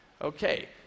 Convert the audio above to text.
Okay